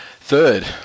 third